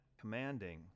Commanding